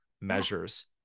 measures